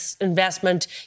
investment